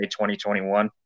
2021